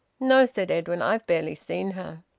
no, said edwin. i've barely seen her.